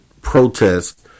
protests